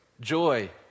joy